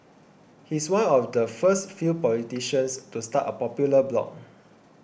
he's one of the first few politicians to start a popular blog